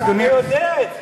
אדוני, אתה הרי יודע את זה.